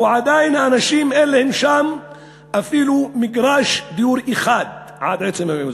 או שהאנשים אין להם עדיין אפילו מגרש דיור אחד עד עצם היום הזה.